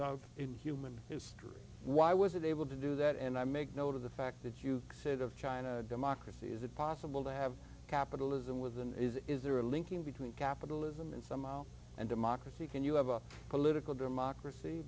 of in human history why was it able to do that and i make note of the fact that you said of china democracy is it possible to have capitalism with an is is there a linking between capitalism and somehow and democracy can you have a political democracy